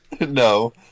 No